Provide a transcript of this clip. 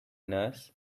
nurse